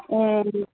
ए